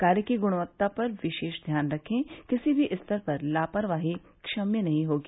कार्य की गुणवत्ता पर विशेष ध्यान रखें किसी भी स्तर पर लापरवाही क्षम्य नही होगी